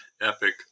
epic